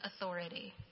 authority